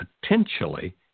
potentially